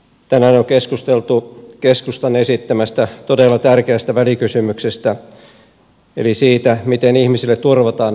tänään on keskusteltu keskustan esittämästä todella tärkeästä välikysymyksestä eli siitä miten ihmisille turvataan sosiaali ja terveyspalvelut